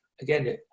again